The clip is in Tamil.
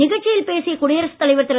நிகழ்ச்சியில் பேசிய குடியரசுத் தலைவர் திரு